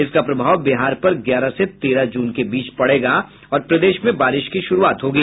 इसका प्रभाव बिहार पर ग्यारह से तेरह जून के बीच पड़ेगा और प्रदेश में बारिश की शुरूआत होगी